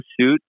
suit